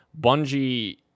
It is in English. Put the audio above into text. Bungie